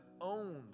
owned